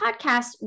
podcast